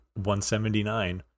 179